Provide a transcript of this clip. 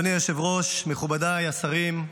אדוני היושב-ראש, מכובדיי השרים,